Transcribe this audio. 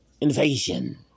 Invasion